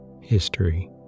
History